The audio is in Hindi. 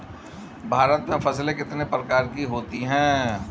भारत में फसलें कितने प्रकार की होती हैं?